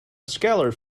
scalar